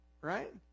right